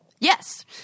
Yes